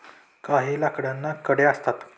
काही लाकडांना कड्या असतात